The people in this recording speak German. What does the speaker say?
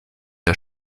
der